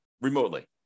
remotely